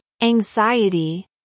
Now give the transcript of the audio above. anxiety